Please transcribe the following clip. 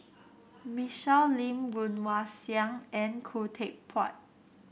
Michelle Lim Woon Wah Siang and Khoo Teck Puat